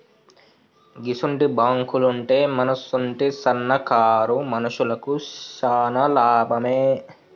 గిసుంటి బాంకులుంటే మనసుంటి సన్నకారు మనుషులకు శాన లాభమే